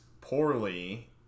poorly